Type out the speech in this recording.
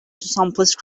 someplace